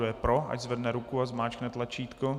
Kdo je pro, ať zvedne ruku a zmáčkne tlačítko.